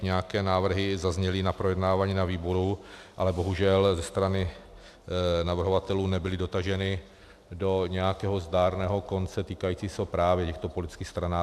Nějaké návrhy již zazněly na projednávání na výboru, ale bohužel ze strany navrhovatelů nebyly dotaženy do nějakého zdárného konce týkajícího se právě těchto politických stran.